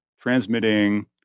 transmitting